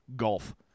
golf